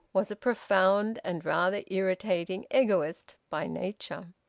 was a profound and rather irritating egoist by nature.